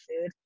food